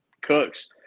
cooks